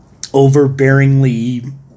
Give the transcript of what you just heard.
overbearingly